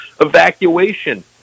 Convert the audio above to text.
evacuation